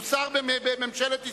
הוא שר בממשלת ישראל.